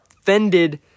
offended